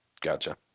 gotcha